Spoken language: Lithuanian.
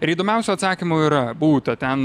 ir įdomiausių atsakymų yra būta ten